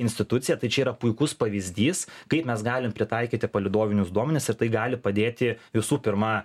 institucija tai čia yra puikus pavyzdys kaip mes galim pritaikyti palydovinius duomenis ir tai gali padėti visų pirma